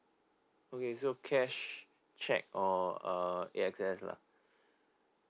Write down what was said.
okay so cash cheque or a A_X_S lah